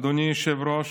אדוני היושב-ראש,